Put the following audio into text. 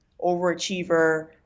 overachiever